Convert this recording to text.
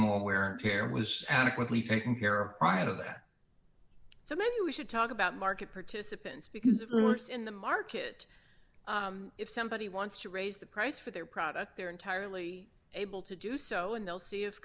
more wear and tear was adequately taken care of prior to that so many we should talk about market participants because of roots in the market if somebody wants to raise the price for their product they're entirely able to do so and they'll see